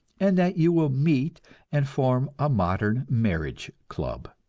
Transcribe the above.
and that you will meet and form a modern marriage club.